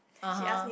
(uh huh)